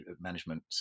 management